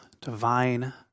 divine